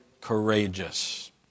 courageous